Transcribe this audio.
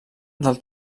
del